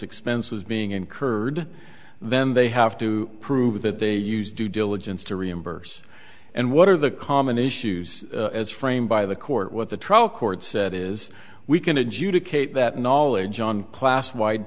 expense was being incurred then they have to prove that they use due diligence to reimburse and what are the common issues as framed by the court what the trial court said is we can adjudicate that knowledge on class wide